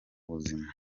buzima